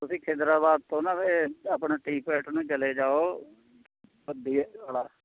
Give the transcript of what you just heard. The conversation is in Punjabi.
ਤੁਸੀਂ ਖਿਦਰਾਬਾਦ ਤੋਂ ਨਾ ਇਹ ਆਪਣਾ ਟੀ ਪੁਆਇੰਟ ਨੂੰ ਚਲੇ ਜਾਓ ਭੱਦੀ ਵਾਲਾ